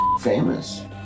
famous